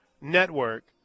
network